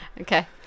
Okay